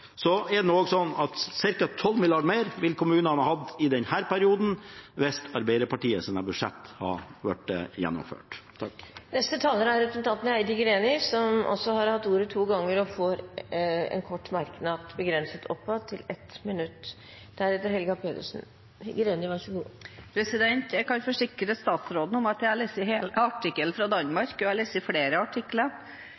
mer ville kommunene hatt i denne perioden hvis Arbeiderpartiets budsjett hadde blitt gjennomført. Representanten Heidi Greni har hatt ordet to ganger tidligere og får ordet til en kort merknad, begrenset til 1 minutt. Jeg kan forsikre statsråden om at jeg har lest hele artikkelen